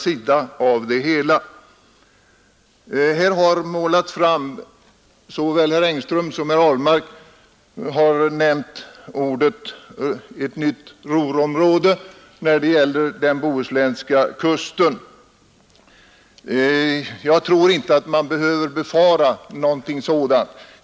Såväl herr Engström som herr Ahlmark har talat om ”ett nytt Ruhrområde” när det gäller den bohuslänska kusten. Jag tror inte att man behöver befara någonting sådant.